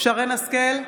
שרן מרים השכל,